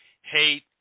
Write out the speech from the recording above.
hate